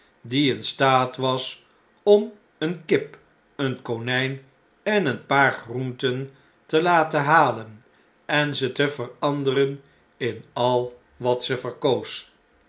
die in staat was om eene kip een konjjn en een paar groenten te laten halen en ze te veranderen in al wat ze verkoos